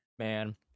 Man